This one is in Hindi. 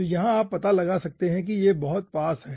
तो यहाँ आप यह पता लगा सकते हैं कि ये बहुत पास हैं